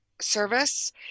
service